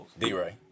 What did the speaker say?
D-Ray